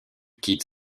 quitte